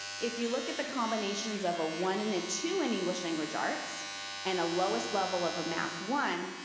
if you look at the combinations of a one and a two in english language arts and a lowest level of a math one,